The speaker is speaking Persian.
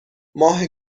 ماه